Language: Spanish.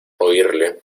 oírle